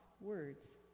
words